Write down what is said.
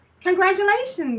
congratulations